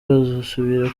bazasubira